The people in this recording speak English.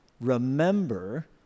Remember